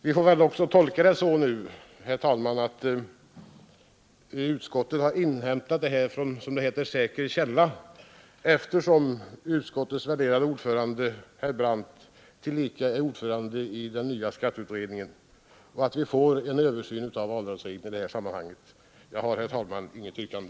Vi får väl också tolka yttrandet så att utskottet har inhämtat upplysningar från, som det brukar heta, säker källa eftersom utskottets värderade ordförande herr Brandt tillika är ordförande i den nya skatteutredningen och att vi får en översyn av avdragsreglerna i det sammanhanget. Herr talman! Jag har inget yrkande.